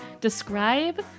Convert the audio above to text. describe